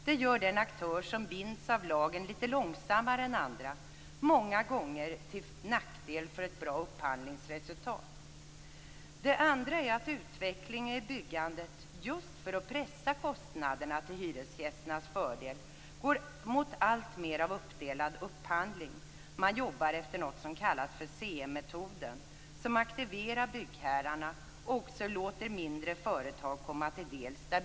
Det gör den aktör som binds av lagen litet långsammare än andra, vilket många gånger är till nackdel för ett bra upphandlingsresultat. Det andra problemet är att utvecklingen vid byggandet just för att pressa kostnaderna till hyresgästernas fördel går mot en alltmer uppdelad upphandling. Man jobbar efter något som kallas CM-metoden, som aktiverar byggherrarna och också låter mindre företag komma till tals.